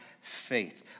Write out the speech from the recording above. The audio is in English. faith